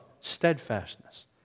steadfastness